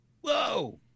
whoa